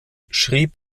schrieb